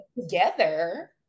together